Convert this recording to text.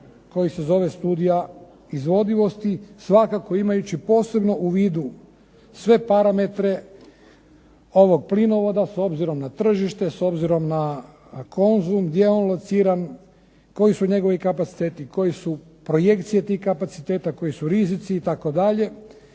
koji se zove studija izvodivosti. Svakako imajući posebno u vidu sve parametre ovog plinovoda s obzirom na tržište, s obzirom na … gdje je on lociran, koji su njegovi kapaciteti, koje su projekcije tih kapaciteta, koji su rizici itd.,